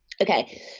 Okay